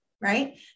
Right